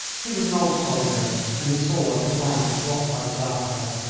he was an old soldier, and he saw at a glance what i was after.